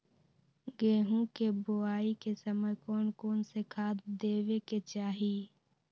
गेंहू के बोआई के समय कौन कौन से खाद देवे के चाही?